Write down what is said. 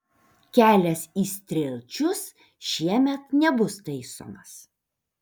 kelias į strielčius šiemet nebus taisomas